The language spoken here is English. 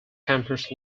campers